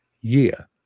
year